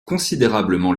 considérablement